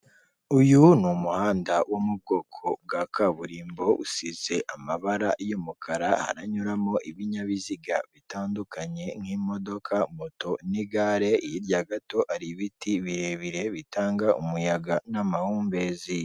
Uyu ni umuhanda wo mu bwoko bwa kaburimbo, usize amabara y'umukara, haranyuramo ibinyabiziga bitandukanye nk'imodoka, moto n'igare, hirya gato hari ibiti birebire bitanga umuyaga n'amahumbezi.